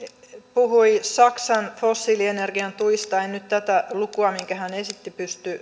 puhui saksan fossiilienergian tuista en nyt pysty tätä lukua minkä hän esitti